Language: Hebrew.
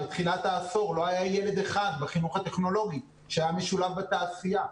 בתחילת העשור לא היה ילד אחד בחינוך הטכנולוגי שהיה משולב בתעשייה.